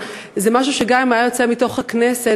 זה משהו שגם אם היה יוצא מתוך הכנסת,